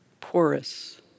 porous